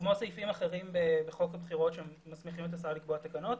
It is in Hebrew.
כמו הסעיפים האחרים בחוק הבחירות שמסמיכים את השר לקבוע תקנות.